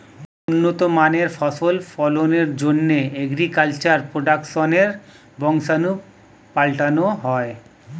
উন্নত মানের ফসল ফলনের জন্যে অ্যাগ্রিকালচার প্রোডাক্টসের বংশাণু পাল্টানো হয়